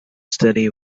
steady